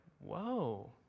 whoa